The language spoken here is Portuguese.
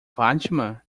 fatima